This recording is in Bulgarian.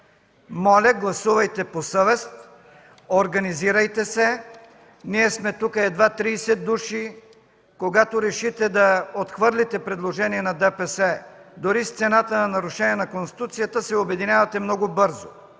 Моля, гласувайте по съвест! Организирайте се, ние тук сме едва 30 души. Когато решите да отхвърлите предложение на ДПС, дори с цената на нарушение на Конституцията, се обединявате много бързо.